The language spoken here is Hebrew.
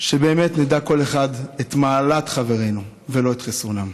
שבאמת נדע כל אחד את מעלת חברינו ולא את חסרונם,